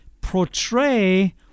portray